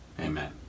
Amen